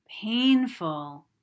painful